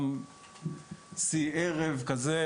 גם שיא ערב כזה.